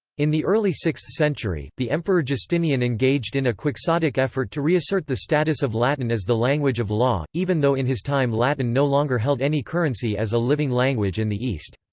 in the early sixth century, the emperor justinian engaged in a quixotic effort to reassert the status of latin as the language of law, even though in his time latin no longer held any currency as a living language in the east.